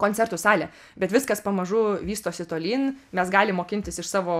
koncertų salė bet viskas pamažu vystosi tolyn mes galim mokintis iš savo